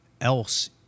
else